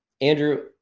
Andrew